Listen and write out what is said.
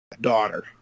daughter